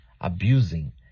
abusing